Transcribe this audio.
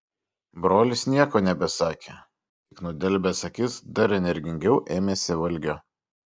brolis nieko nebesakė tik nudelbęs akis dar energingiau ėmėsi valgio